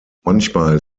manchmal